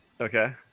Okay